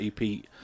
EP